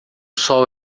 sol